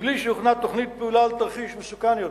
בלי שהוכנה תוכנית פעולה לתרחיש מסוכן יותר.